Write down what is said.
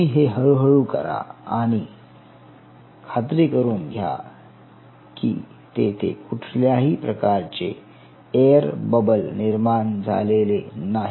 तुम्ही हे हळूहळू करा आणि खात्री करून घ्या की तेथे कुठल्याही प्रकारचे एअर बबल निर्माण झालेले नाही